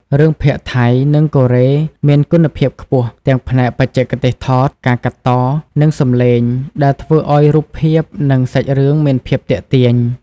រឿងភាគថៃ និងកូរ៉េមានគុណភាពខ្ពស់ ទាំងផ្នែក បច្ចេកទេសថត ការកាត់ត និងសំឡេង ដែលធ្វើឲ្យរូបភាព និងសាច់រឿងមានភាពទាក់ទាញ។